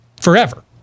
Forever